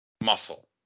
Muscle